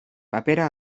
papera